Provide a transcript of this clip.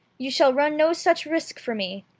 you shall run no such risk for me.